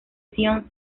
sion